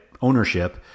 ownership